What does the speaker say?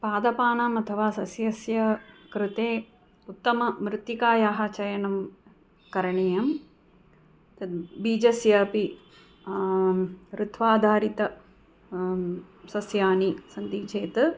पादपानाम् अथवा सस्यस्य कृते उत्तममृत्तिकायाः चयनं करणीयं तद् बीजस्यापि ऋत्वाधारितानि सस्यानि सन्ति चेत्